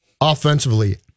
offensively